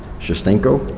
schewtschenko,